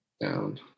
Down